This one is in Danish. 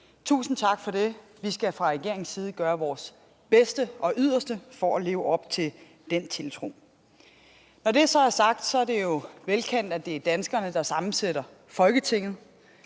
Tusind tak for det, vi skal fra regeringens side gøre vores bedste og yderste for at leve op til den tiltro. Når det så er sagt, er det jo velkendt, at det er danskerne, der sammensætter Folketinget.